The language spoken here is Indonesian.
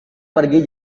pergi